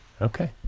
Okay